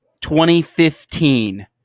2015